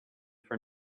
for